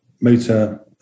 motor